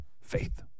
Faith